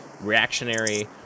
reactionary